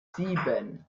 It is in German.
sieben